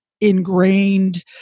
ingrained